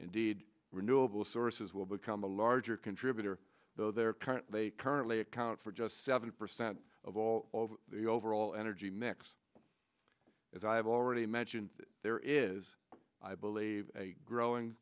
indeed renewable sources will become a larger contributor though their current they currently account for just seven percent of all of the overall energy mix as i've already mentioned there is i believe a growing